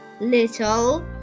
Little